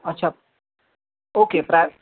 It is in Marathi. अच्छा ओके प्राय